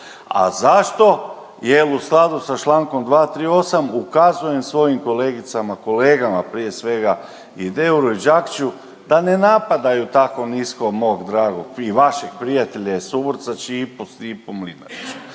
A zašto? Jer u skladu sa člankom 238. ukazujem svojim kolegicama, kolegama prije svega i Deuru i Đakiću da napadaju tako nismo mog dragog i vašeg prijatelja i suborca Čipu Stipu Mlinarića.